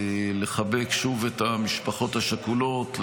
לחבק שוב את המשפחות השכולות,